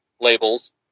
labels